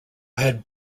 had